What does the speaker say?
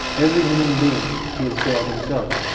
every human being is god himself,